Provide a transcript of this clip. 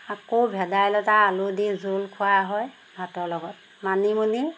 আকৌ ভেদাইলতা আলু দি জোল খোৱা হয় ভাতৰ লগত মানিমুনি